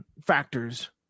factors